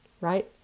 Right